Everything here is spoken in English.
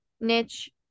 niche